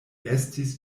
estis